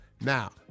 Now